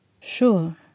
Sure